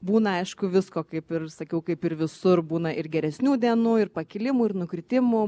būna aišku visko kaip ir sakiau kaip ir visur būna ir geresnių dienų ir pakilimų ir nukritimų